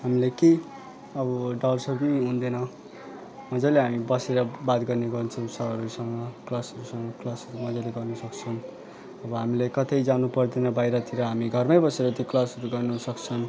हामीलाई केही अब डर सर पनि हुँदैन मजाले हामी बसेर बात गर्ने गर्छौँ सरहरूसँग क्लास क्लासहरू मजाले गर्न सक्छन् अब हामीलाई कतै जानु पर्दैन बाहिरतिर हामी घरमै बसेर त्यो क्लासहरू गर्नु सक्छन्